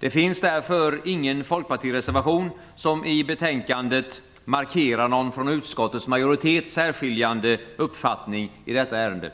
Det finns därför ingen Folkpartireservation som i betänkandet markerar någon från utskottets majoritet särskiljande uppfattning i detta ärende.